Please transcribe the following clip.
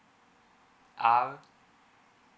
R